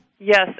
Yes